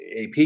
AP